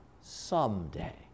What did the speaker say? someday